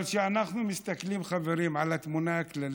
אבל כשאנחנו מסתכלים, חברים, על התמונה הכללית,